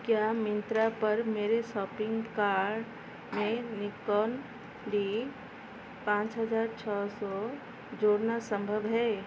क्या मिंत्रा पर मेरे सोपिंग कार्ट में निकॉन डी पाँच हज़ार छः सौ जोड़ना संभव है